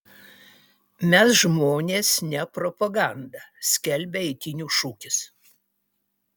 mes žmonės ne propaganda skelbia eitynių šūkis